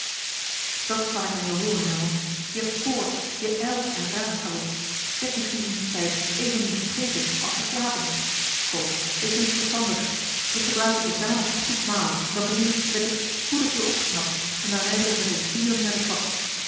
dat kan ik aan je hooren herman je hebt koorts je ijlt en raaskalt je hebt misschien in dien tijd evenmin gegeten als geslapen kom wees nu eens verstandig we gebruiken te zamen een goed maal dan ben je wed ik spoedig weer opgeknapt en dan rijden we met ons vieren naar de stad